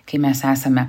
kai mes esame